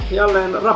jälleen